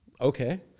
Okay